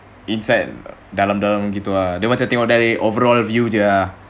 dalam-dalam gitu ah dia macam tengok dari overall view aje lah